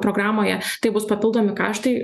programoje tai bus papildomi kaštai